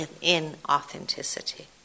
in-authenticity